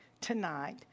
tonight